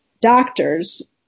doctors